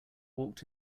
walked